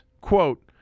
quote